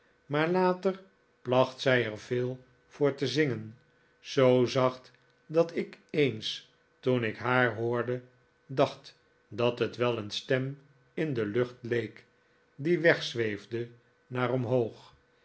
maar later placht zij er veel voor te zingen zoo zacht dat ik eens toen ik haar hoorde dacht dat het wel een stem in de lucht leek die wegzweefde naar omhoog